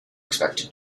expected